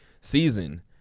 season